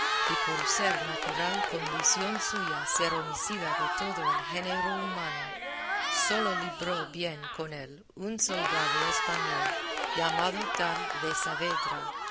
y por ser natural condición suya ser homicida de todo el género humano sólo libró bien con él un soldado español llamado tal de saavedra